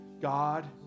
God